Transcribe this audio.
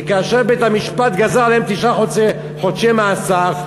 וכאשר בית-המשפט גזר עליהם תשעה חודשי מאסר,